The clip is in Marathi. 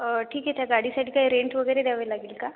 ठीक आहे गाडीसाठी काय रेंट वगैरे द्यावे लागेल का